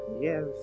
Yes